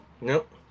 Nope